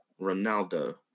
Ronaldo